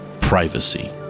privacy